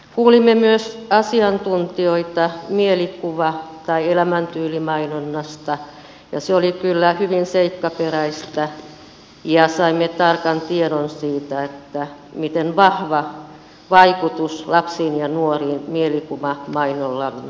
kuulimme myös asiantuntijoita mielikuva tai elämäntyylimainonnasta ja se oli kyllä hyvin seikkaperäistä ja saimme tarkan tiedon siitä miten vahva vaikutus lapsiin ja nuoriin mielikuvamainonnalla on